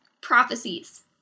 prophecies